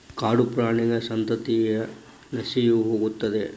ಕಾಡುಪ್ರಾಣಿಗಳ ಸಂತತಿಯ ನಶಿಸಿಹೋಗುತ್ತದೆ